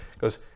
goes